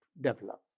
develop